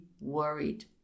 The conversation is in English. worried